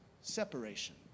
separation